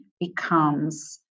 becomes